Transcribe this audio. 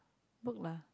book lah